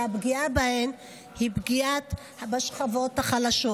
שהפגיעה בהן היא פגיעה בשכבות החלשות,